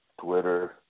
Twitter